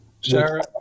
Sarah